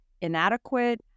inadequate